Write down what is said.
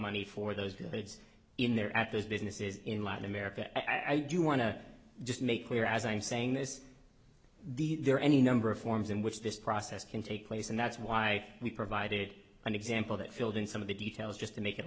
money for those debates in there at those businesses in latin america i do want to just make clear as i'm saying this the there are any number of forms in which this process can take place and that's why we provided an example that filled in some of the details just to make it a